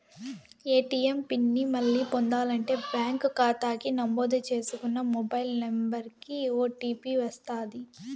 ATM pin ని మళ్ళీ పొందాలంటే బ్యాంకు కాతాకి నమోదు చేసుకున్న మొబైల్ నంబరికి ఓ.టీ.పి వస్తది